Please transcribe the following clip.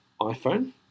iPhone